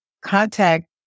contact